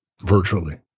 virtually